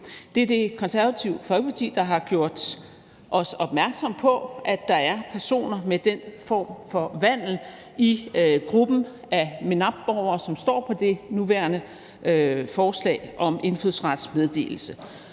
Det er Det Konservative Folkeparti, der har gjort os opmærksom på, at der er personer med den form for vandel i gruppen af MENAPT-borgere, som står på det nuværende forslag om indfødsrets meddelelse.